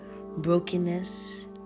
brokenness